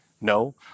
No